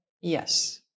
Yes